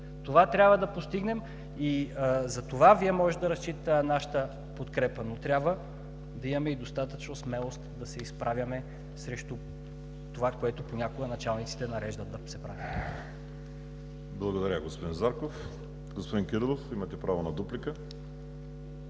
Това трябва да постигнем. Затова Вие може да разчитате на нашата подкрепа, но трябва да имаме и достатъчно смелост да се изправяме срещу това, което понякога началниците нареждат да се прави. ПРЕДСЕДАТЕЛ ВАЛЕРИ СИМЕОНОВ: Благодаря, господин Зарков. Господин Кирилов, имате право на дуплика.